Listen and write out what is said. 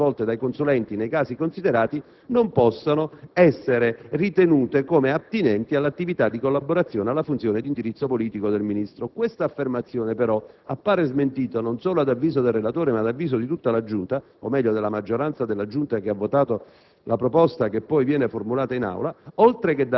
Il Collegio per i reati ministeriali ritiene, però, che le attività svolte dai consulenti, nei casi considerati, non possano essere ritenute attinenti all'attività di collaborazione alla funzione di indirizzo politico del Ministro. Questa affermazione, però, appare smentita, ad avviso non solo del relatore ma di tutta la Giunta, o meglio della maggioranza della Giunta che ha votato